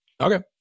okay